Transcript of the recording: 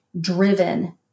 driven